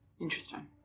Interesting